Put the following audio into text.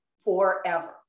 forever